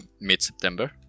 mid-September